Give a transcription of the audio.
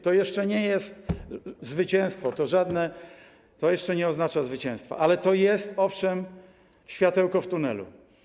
To jeszcze nie jest zwycięstwo, to jeszcze nie oznacza zwycięstwa, ale to jest, owszem, światełko w tunelu.